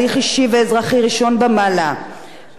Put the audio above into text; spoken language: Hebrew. ואף במהלך שירותו הצבאי הוא מחזיק בנשק,